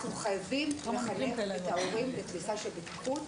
אנחנו חייבים לחנך את ההורים לתפיסה של בטיחות,